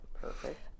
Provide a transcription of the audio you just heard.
Perfect